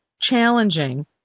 challenging